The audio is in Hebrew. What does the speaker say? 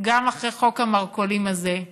גם אחרי חוק המרכולים הזה,